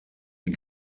die